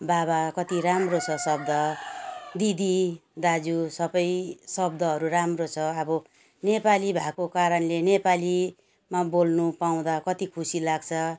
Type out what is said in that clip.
बाबा कति राम्रो छ शब्द दिदी दाजु सबै शब्दहरू राम्रो छ अब नेपाली भएको कारणले नेपालीमा बोल्नु पाउँदा कति खुसी लाग्छ